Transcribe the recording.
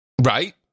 right